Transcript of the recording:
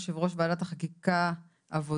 יושב ראש ועדת החקיקה עבודה,